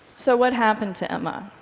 so what happened to emma?